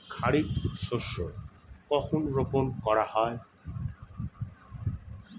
খারিফ শস্য কখন রোপন করা হয়?